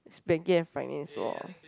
banking and finance [wor]